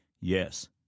yes